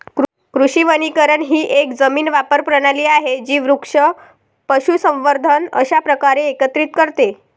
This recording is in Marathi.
कृषी वनीकरण ही एक जमीन वापर प्रणाली आहे जी वृक्ष, पशुसंवर्धन अशा प्रकारे एकत्रित करते